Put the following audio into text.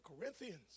Corinthians